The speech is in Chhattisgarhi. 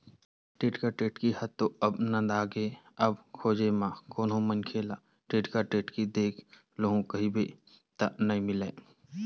टेंड़ा टेड़ई ह तो अब नंदागे अब खोजे म कोनो मनखे ल टेंड़ा टेंड़त देख लूहूँ कहिबे त नइ मिलय